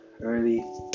early